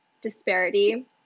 disparity